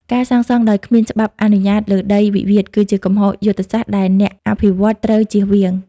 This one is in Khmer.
ការសាងសង់ដោយគ្មានច្បាប់អនុញ្ញាតលើដីវិវាទ គឺជាកំហុសយុទ្ធសាស្ត្រដែលអ្នកអភិវឌ្ឍន៍ត្រូវចៀសវាង។